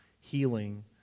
healing